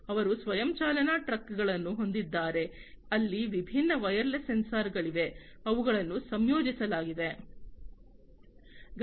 ಅವರು ಸ್ವಯಂ ಚಾಲನಾ ಟ್ರಕ್ಗಳನ್ನು ಹೊಂದಿದ್ದಾರೆ ಅಲ್ಲಿ ವಿಭಿನ್ನ ವೈರ್ಲೆಸ್ ಸೆನ್ಸಾರ್ಗಳಿವೆ ಅವುಗಳಲ್ಲಿ ನಿಯೋಜಿಸಲಾಗಿದೆ